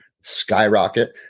skyrocket